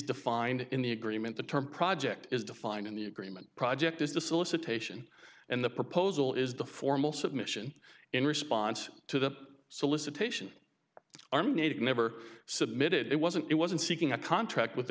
defined in the agreement the term project is defined in the agreement project is the solicitation and the proposal is the formal submission in response to the solicitation arm need never submit it wasn't it wasn't seeking a contract with the